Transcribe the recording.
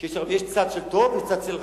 כי יש צד של טוב וצד של רע,